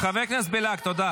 לך תבקש סליחה.